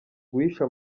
guhisha